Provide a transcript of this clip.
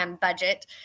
budget